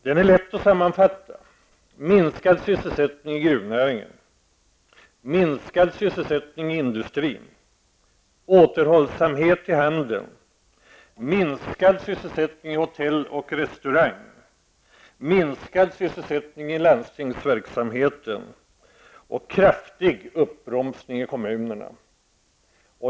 Den är lätt att sammanfatta: Minskad sysselsättning i djurnäringen, minskad sysselsättning i industrin, återhållsamhet i handeln, minskad sysselsättning i hotell och restaurangbranschen, minskad sysselsättning i landstingsverksamheten och kraftig uppbromsning i kommunerna.